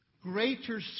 Greater